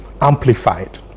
amplified